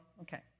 Okay